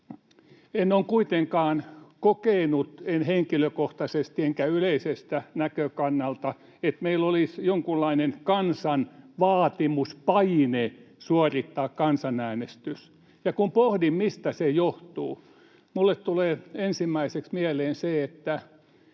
En ole kuitenkaan kokenut, en henkilökohtaisesti enkä yleiseltä näkökannalta, että meillä olisi jonkunlainen kansan vaatimus, paine, suorittaa kansanäänestys. Ja kun pohdin, mistä se johtuu, minulle tulee ensimmäiseksi mieleen se, että